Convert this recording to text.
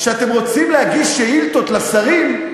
כשאתם רוצים להגיש שאילתות לשרים,